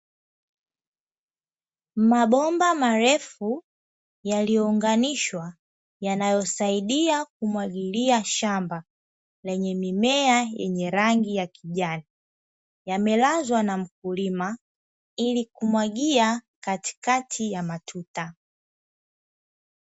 Mabomba marefu yaliyounganishwa yanayosaidia kumwagilia shamba lenye mimea yenye rangi ya kijani, yamelazwa na mkulima ili kumwagia katikati ya matuta.